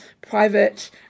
private